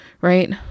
right